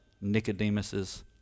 Nicodemus's